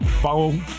follow